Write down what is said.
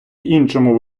іншому